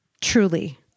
truly